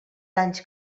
danys